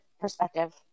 perspective